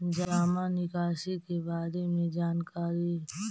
जामा निकासी के बारे में जानकारी?